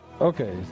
Okay